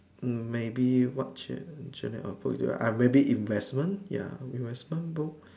maybe what jour journal or books maybe investment ya investment books